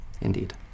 Indeed